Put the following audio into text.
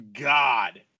God